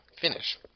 finish